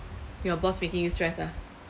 your boss making you stress ah